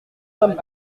sommes